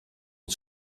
het